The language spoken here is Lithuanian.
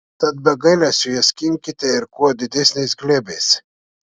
tad be gailesčio ją skinkite ir kuo didesniais glėbiais